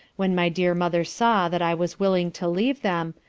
when my dear mother saw that i was willing to leave them,